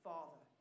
Father